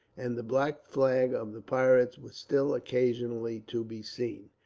and the black flag of the pirates was still occasionally to be seen.